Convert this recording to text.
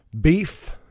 Beef